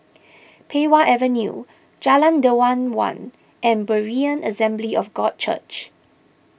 Pei Wah Avenue Jalan Dermawan and Berean Assembly of God Church